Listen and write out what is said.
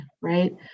right